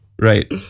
Right